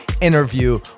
interview